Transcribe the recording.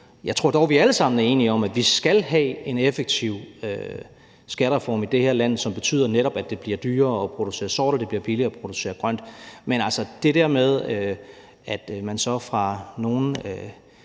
Jeg tror dog, at vi alle sammen er enige om, at vi skal have en effektiv skattereform i det her land, som netop betyder, at det bliver dyrere at producere sort, og at det bliver billigere at producere grønt. Men altså, hvis det der motiv, man har, er,